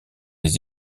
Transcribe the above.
les